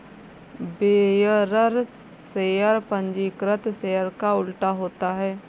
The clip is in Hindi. बेयरर शेयर पंजीकृत शेयर का उल्टा होता है